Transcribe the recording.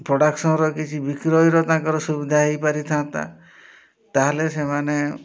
ପ୍ରଡ଼କ୍ସନର କିଛି ବିକ୍ରୟର ତାଙ୍କର ସୁବିଧା ହେଇପାରିଥାନ୍ତା ତା'ହେଲେ ସେମାନେ